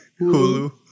Hulu